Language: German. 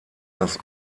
das